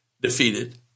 defeated